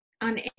on